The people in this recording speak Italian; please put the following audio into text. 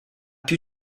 più